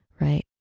right